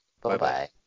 Bye-bye